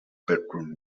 bedroom